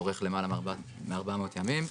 אורך למעלה מ-400 ימים,